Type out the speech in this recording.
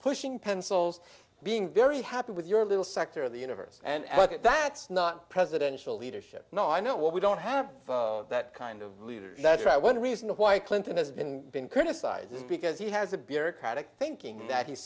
pushing pencils being very happy with your little sector of the universe and i think that's not presidential leadership no i know we don't have that kind of leader that one reason why clinton has been been criticized is because he has a bureaucratic thinking that he